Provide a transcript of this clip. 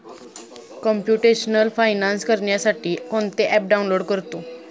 computational finance करण्यासाठी कोणते app download करतो